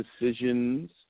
decisions